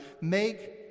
make